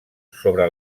sobre